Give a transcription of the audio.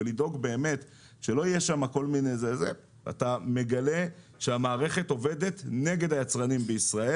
אתה מגלה שהמערכת עובדת נגד היצרנים בישראל.